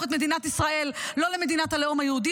את מדינת ישראל לא למדינת הלאום היהודי,